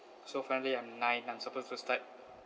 so finally I'm nine I'm supposed to start